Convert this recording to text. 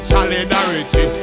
Solidarity